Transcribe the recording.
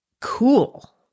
cool